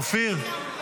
אופיר.